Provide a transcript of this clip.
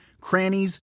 crannies